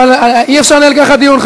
אבל אי-אפשר לנהל ככה את הדיון.